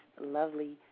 Lovely